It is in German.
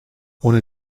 ohne